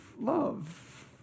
love